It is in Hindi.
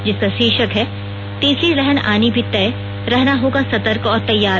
जिसका शीर्षक है तीसरी लहर आनी भी तय रहना होगा सतर्क और तैयार